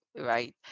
right